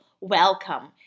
welcome